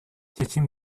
чечим